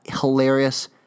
Hilarious